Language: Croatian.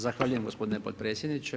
Zahvaljujem gospodine potpredsjedniče.